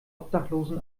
obdachlosen